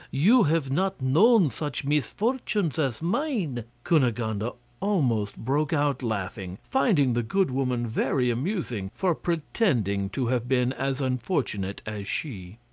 you have not known such misfortunes as mine. cunegonde ah almost broke out laughing, finding the good woman very amusing, for pretending to have been as unfortunate as she.